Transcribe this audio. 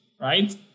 right